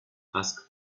ask